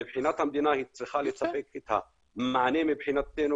מבחינת המדינה היא צריכה לספק את המענה מבחינתנו